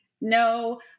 no